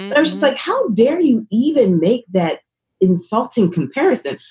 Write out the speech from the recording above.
i was like, how dare you even make that insulting comparison?